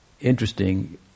interesting